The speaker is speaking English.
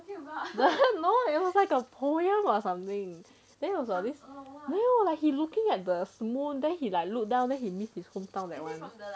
you know like it was like a poem or something then it was like this then like he looking at the moon then he like look down then he missed his hometown that one lah